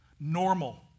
normal